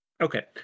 Okay